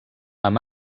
amb